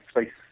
space